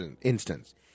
instance